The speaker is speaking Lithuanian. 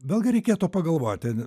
vėlgi reikėtų pagalvoti